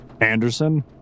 Anderson